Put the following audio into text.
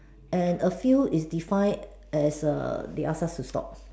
and a few is define as err they ask us to stop